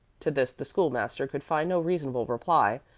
to this the school-master could find no reasonable reply,